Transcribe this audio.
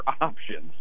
options